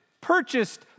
purchased